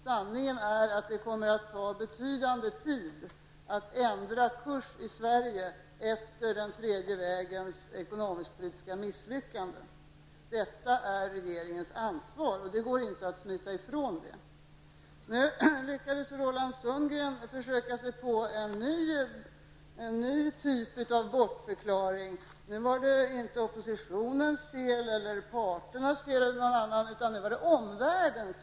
Sanningen är att det kommer att ta betydande tid att ändra kurs i Sverige efter den tredje vägens ekonomisk-politiska misslyckanden. Det går inte att smita ifrån att detta är regeringens ansvar. Nu försökte sig Roland Sundgren på en ny typ av bortförklaring. Vad som hänt var inte oppositionens eller parternas fel, utan omvärldens.